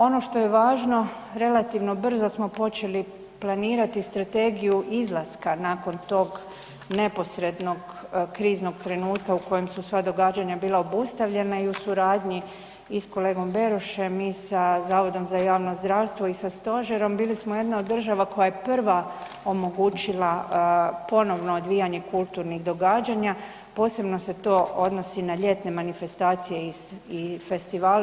Ono što je važno, relativno brzo smo počeli planirati strategiji izlaska nakon tog neposrednog kriznog trenutka u kojem su sva događanja bila obustavljena i u suradnji i s kolegom Berošem i sa Zavodom za javno zdravstvo i sa Stožerom, bili smo jedna od država koja je prva omogućila ponovno odvijanje kulturnih događanja, posebno se to odnosi na ljetne manifestacije i festivale.